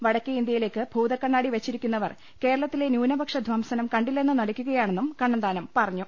വടക്കെ ഇന്ത്യയിലേക്ക് ഭൂതക്കണ്ണാടി വച്ചിരിക്കുന്നവർ കേരളത്തിലെ ന്യൂനപക്ഷ ധ്വംസനം കണ്ടില്ലെന്നു നടിക്കുകയാണെന്നും കണ്ണ ന്താനം പറഞ്ഞു